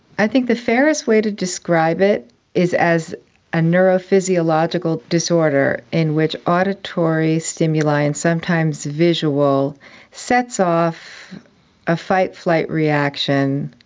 i think the fairest way to describe it is as a neurophysiological disorder in which auditory stimuli and sometimes visual sets off a fight-flight reaction